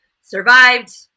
survived